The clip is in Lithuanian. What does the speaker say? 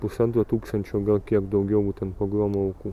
pusantro tūkstančio gal kiek daugiau būtent pogromo aukų